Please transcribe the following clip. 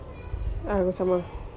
I pun sama